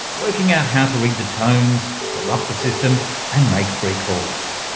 working out how to read the tones, corrupt the system and make free calls,